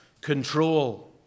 control